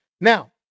Now